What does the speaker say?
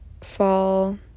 fall